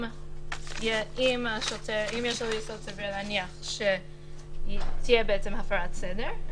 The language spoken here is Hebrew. אם לשוטר יש יסוד סביר להניח שתהיה הפרת סדר,